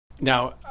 Now